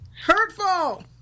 hurtful